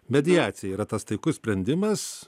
mediacija yra tas taikus sprendimas